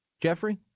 Jeffrey